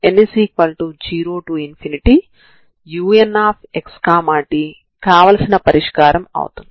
ఇక్కడ 2c వుంది మరియు బయట 14c2 ఉంది కాబట్టి 12c మిగులుతుంది